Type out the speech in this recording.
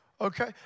Okay